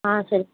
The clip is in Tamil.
ஆ சரி